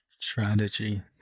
strategy